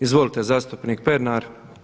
Izvolite zastupnik Pernar.